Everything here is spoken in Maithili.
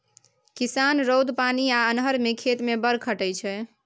किसान रौद, पानि आ अन्हर मे खेत मे बड़ खटय छै